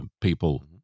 people